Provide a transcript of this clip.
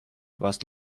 was